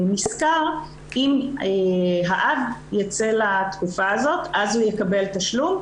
נשכר אם האב יצא לתקופה הזאת, אז הוא יקבל תשלום.